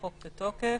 החוק בתוקף.